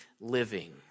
living